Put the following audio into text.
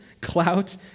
clout